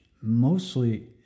mostly